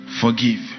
forgive